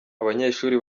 abanyeshuri